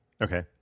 Okay